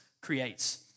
creates